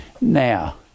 Now